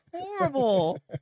horrible